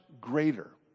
greater